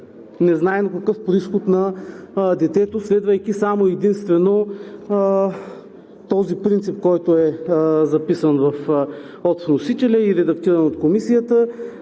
незнайно какъв, произход на детето, следвайки само и единствено този принцип, който е записан от вносителя или датиран от Комисията,